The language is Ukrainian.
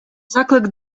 заклик